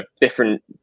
different